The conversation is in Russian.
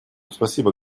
спасибо